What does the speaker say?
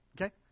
okay